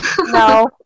No